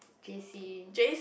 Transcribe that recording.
J_C